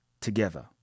together